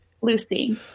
Lucy